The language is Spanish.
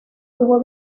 tuvo